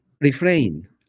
Refrain